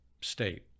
state